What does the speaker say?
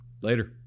later